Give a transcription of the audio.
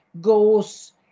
goes